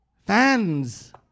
Fans